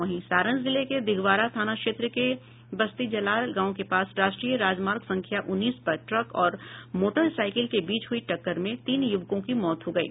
वहीं सारण जिले के दिघवारा थाना क्षेत्र के बसतीजलाल गांव के पास राष्ट्रीय राजमार्ग संख्या उन्नीस पर ट्रक और मोटरसाइकिल के बीच हुयी टक्कर में तीन युवकों की मौत हो गयी